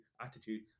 attitude